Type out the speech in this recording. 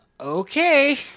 okay